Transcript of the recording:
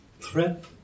threat